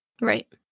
right